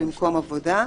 במקום עבודה,